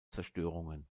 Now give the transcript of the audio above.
zerstörungen